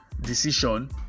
decision